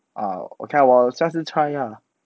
uh 我看我下次 try lah